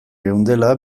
geundela